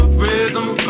rhythm